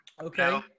Okay